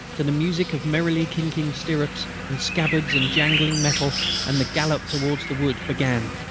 to the music of merrily clinking stirrups and scabbards and jangling metal and the gallop towards the wood began.